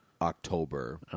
October